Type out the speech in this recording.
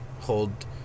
Hold